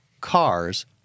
cars